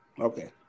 Okay